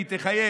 כי תחייך,